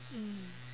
mm